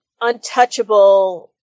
untouchable